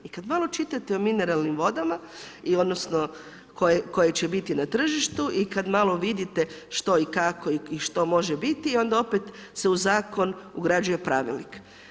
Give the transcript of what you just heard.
I kad malo čitate o mineralnim vodama koje će biti na tržištu i kad malo vidite što i kako i što može biti onda opet se u zakon ugrađuje pravilnik.